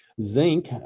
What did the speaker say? Zinc